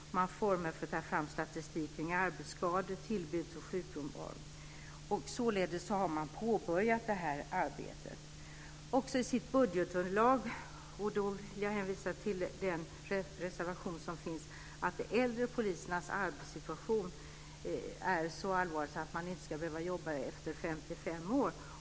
Man har former för att ta fram statistik kring arbetsskador, tillbud och sjukfrånvaro. Således har man påbörjat detta arbete. I en reservation talas det om att polisernas arbetssituation är så allvarlig att man inte ska behöva jobba natt efter 55 år.